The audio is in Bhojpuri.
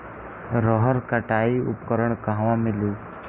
रहर कटाई उपकरण कहवा मिली?